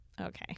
okay